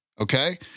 Okay